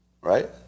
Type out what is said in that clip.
Right